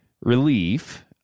relief